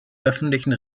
öffentlichen